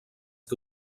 que